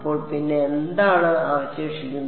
അപ്പോൾ പിന്നെ എന്താണ് അവശേഷിക്കുന്നത്